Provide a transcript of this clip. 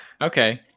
Okay